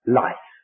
life